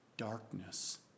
Darkness